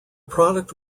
product